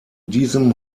diesem